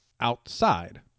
outside